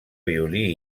violí